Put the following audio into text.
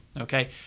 okay